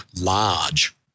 large